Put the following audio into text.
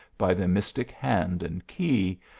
by the mystic hand and key,